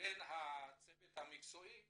בין הצוות המקצועי